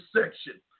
section